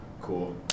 cool